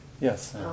yes